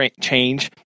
change